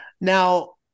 Now